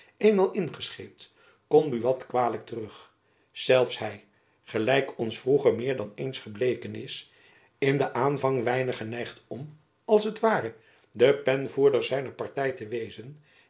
eenmaal ingescheept kon buat kwalijk terug zelf was hy gelijk ons vroeger meer dan eens gebleken is in den aanvang weinig geneigd om als t ware de penvoerder zijner party te wezen